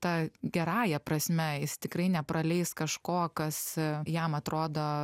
ta gerąja prasme jis tikrai nepraleis kažko kas jam atrodo